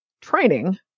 training